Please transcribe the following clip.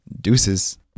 Deuces